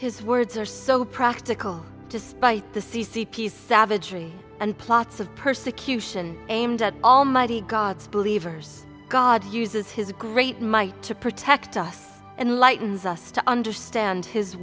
his words are so practical despite the c c p savagery and plots of persecution aimed at all mighty gods believers god uses his great might to protect us and lightens us to understand his